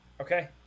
Okay